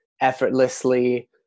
effortlessly